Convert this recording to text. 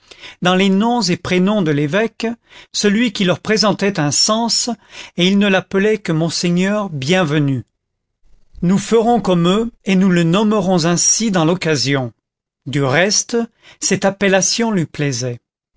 dans les noms et prénoms de l'évêque celui qui leur présentait un sens et ils ne l'appelaient que monseigneur bienvenu nous ferons comme eux et nous le nommerons ainsi dans l'occasion du reste cette appellation lui plaisait